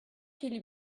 qui